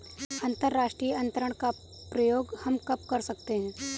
अंतर्राष्ट्रीय अंतरण का प्रयोग हम कब कर सकते हैं?